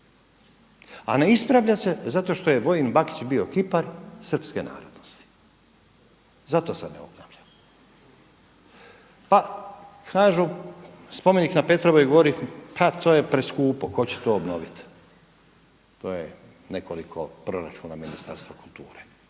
A ne ispravlja se zato što je Vojin Bakić bio kipar srpske narodnosti, zato se ne obnavlja. Pa kažu spomenik na Petrovoj gori pa to je preskupo, tko će to obnovit, to je nekoliko proračuna Ministarstva kulture.